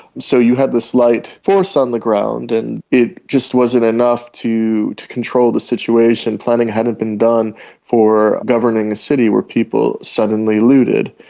so you had this light force on the ground and it just wasn't enough to to control the situation. planning hadn't been done for governing a city where people suddenly looted.